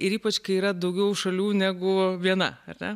ir ypač kai yra daugiau šalių negu viena ar